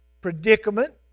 predicament